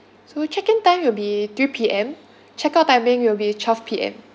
so check in time will be three P_M check out timing will be twelve P_M